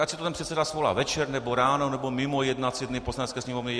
Tak ať si to ten předseda svolá večer nebo ráno nebo mimo jednací dny Poslanecké sněmovny.